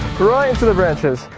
right into the branches!